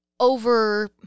Over